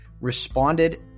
responded